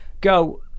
go